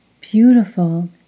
Beautiful